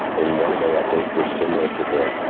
in one way, i think we're similar to the,